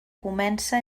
comença